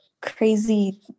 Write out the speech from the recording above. crazy